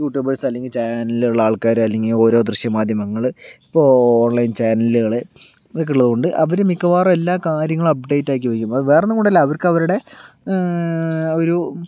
YouTubers അല്ലെങ്കിൽ ചാനലിലൊള്ള ആൾക്കാർ അല്ലെങ്കിൽ ഓരോ ദൃശ്യമാധ്യമങ്ങൾ ഇപ്പോൾ ഓൺലൈൻ ചാനലുകൾ ഇതൊക്കെ ഉള്ളത് കൊണ്ട് അവർ മിക്കവാറും എല്ലാ കാര്യങ്ങളും അപ്ഡേറ്റ് ആക്കി വെക്കും അത് വേറൊന്നും കൊണ്ടല്ല അവർക്ക് അവരുടെ ഒരു